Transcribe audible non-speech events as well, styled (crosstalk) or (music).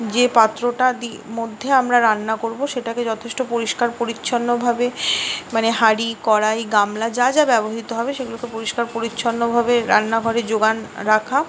যে পাত্রটা (unintelligible) মধ্যে রান্না করব সেটাকে যথেষ্ট পরিষ্কার পরিচ্ছন্নভাবে মানে হাঁড়ি কড়াই গামলা যা যা ব্যবহৃত হবে সেগুলোকে পরিষ্কার পরিচ্ছন্নভাবে রান্নাঘরে জোগান রাখা